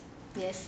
yes